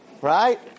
Right